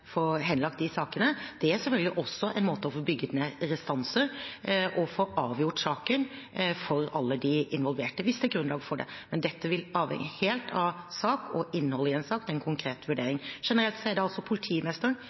avgjort saken for alle de involverte, hvis det er grunnlag for det, men dette vil avhenge helt av sak og innholdet i en sak. Det er en konkret vurdering. Generelt er det altså politimesteren